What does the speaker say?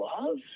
love